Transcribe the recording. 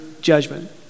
judgment